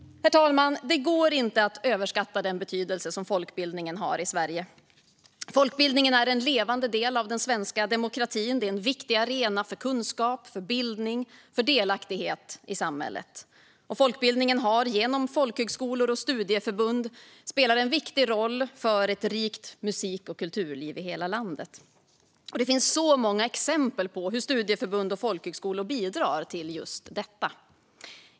Herr talman! Det går inte att överskatta den betydelse som folkbildningen har i Sverige. Folkbildningen är en levande del av den svenska demokratin. Det är en viktig arena för kunskap, bildning och delaktighet i samhället. Folkbildningen har genom folkhögskolor och studieförbund spelat en viktig roll för ett rikt musik och kulturliv i hela landet. Det finns många exempel på hur studieförbund och folkhögskolor bidrar till just detta.